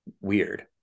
weird